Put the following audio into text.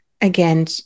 again